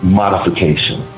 modification